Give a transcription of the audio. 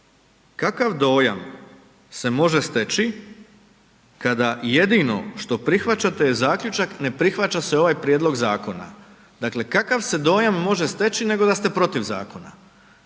kakav dojam se može steći kada jedino što prihvaćate je zaključak ne prihvaća se ovaj prijedlog zakona. Dakle, kakav se dojam može steći nego da ste protiv zakona